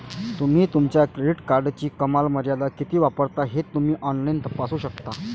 तुम्ही तुमच्या क्रेडिट कार्डची कमाल मर्यादा किती वापरता ते तुम्ही ऑनलाइन तपासू शकता